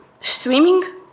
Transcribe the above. streaming